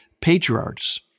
Patriarchs